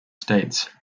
states